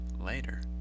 Later